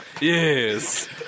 Yes